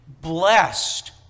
blessed